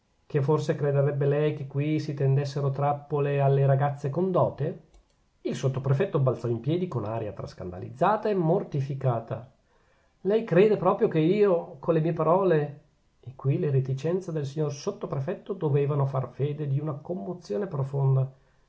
che forse crederebbe lei che qui si tendessero trappole alle ragazze con dote il sottoprefetto balzò in piedi con aria tra scandalizzata e mortificata lei crede proprio che io con le mie parole e qui le reticenze del signor sottoprefetto dovevano far fede di una commozione profonda